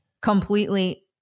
completely